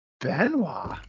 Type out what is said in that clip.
Benoit